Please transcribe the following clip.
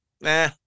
Nah